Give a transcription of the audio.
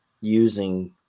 using –